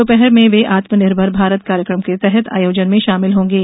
दोपहर में वे आत्मनिर्भर भारत कार्यक्रम के तहत आयोजन में शामिल होंगे